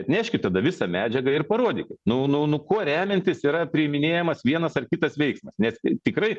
atneškit tada visą medžiagą ir parodyk nu nu kuo remiantis yra priiminėjamas vienas ar kitas veiksmas nes tikrai